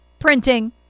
Printing